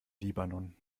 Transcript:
libanon